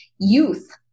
youth